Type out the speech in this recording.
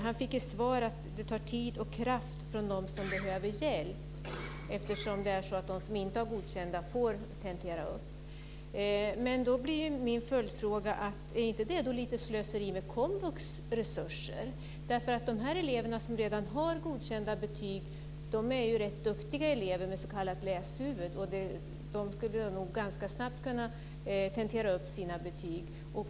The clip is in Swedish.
Han fick som svar att det tar tid och kraft från de som behöver hjälp eftersom de som inte har godkända betyg får tentera upp dem. Då blir min följdfråga: Är inte det lite slöseri med komvux resurser? De elever som redan har godkända betyg är ganska duktiga elever med s.k. läshuvud. De skulle nog ganska snabbt kunna tentera upp sina betyg.